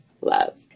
love